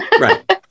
Right